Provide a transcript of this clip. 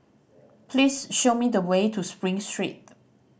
please show me the way to Spring Street